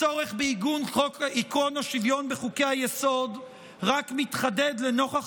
הצורך בעיגון עקרון השוויון בחוקי-היסוד רק מתחדד לנוכח